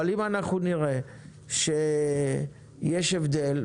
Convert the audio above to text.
אבל אם אנחנו נראה שיש הבדל,